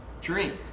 drink